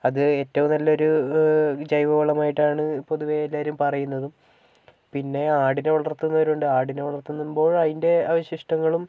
അത് ഏറ്റവും നല്ലൊരു ജൈവവളമായിട്ടാണ് പൊതുവെ എല്ലാവരും പറയുന്നതും പിന്നെ ആടിനെ വളർത്തുന്നവരുണ്ട് ആടിനെ വളർത്തുമ്പോൾ അതിൻ്റെ അവശിഷ്ടങ്ങളും